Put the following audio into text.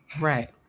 Right